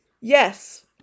Yes